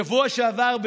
בשבוע שעבר,